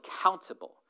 accountable